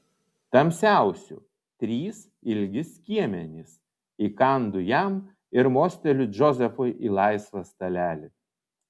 tamsiausių trys ilgi skiemenys įkandu jam ir mosteliu džozefui į laisvą stalelį